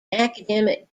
academic